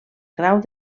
grau